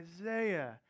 Isaiah